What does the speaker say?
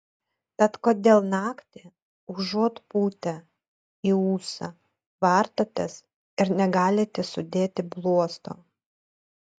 tad kodėl naktį užuot pūtę į ūsą vartotės ir negalite sudėti bluosto